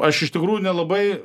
aš iš tikrųjų nelabai